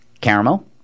caramel